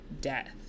death